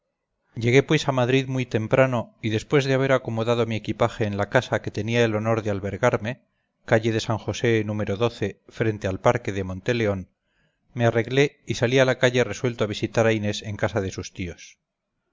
llegué pues a madrid muy temprano y después de haber acomodado mi equipaje en la casa que tenía el honor de albergarme me arreglé y salí a la calle resuelto a visitar a inés en casa de sus tíos